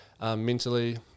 mentally